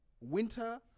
winter